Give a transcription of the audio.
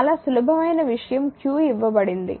చాలా సులభమైన విషయం q ఇవ్వబడింది